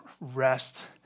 rest